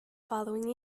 following